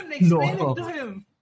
no